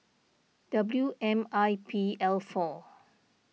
W M I P L four